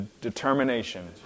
determination